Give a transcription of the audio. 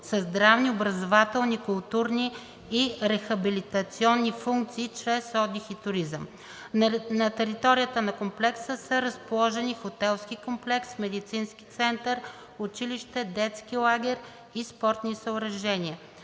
със здравни, образователни, културни и рехабилитационни функции чрез отдих и туризъм. На територията на комплекса са разположени хотелски комплекс, медицински център, училище, детски лагер и спортни съоръжения.